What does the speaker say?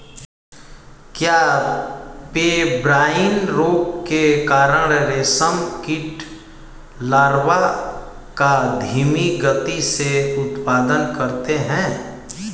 क्या पेब्राइन रोग के कारण रेशम कीट लार्वा का धीमी गति से उत्पादन करते हैं?